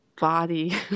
body